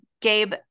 Gabe